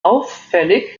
auffällig